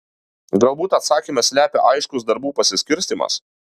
galbūt atsakymą slepia aiškus darbų pasiskirstymas